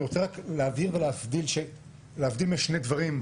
אני רוצה להבהיר ולהבדיל בין שני דברים,